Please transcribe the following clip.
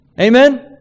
Amen